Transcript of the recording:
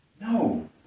No